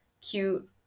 cute